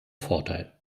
vorteil